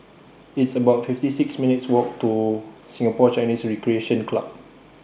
It's about fifty six minutes' Walk to Singapore Chinese Recreation Club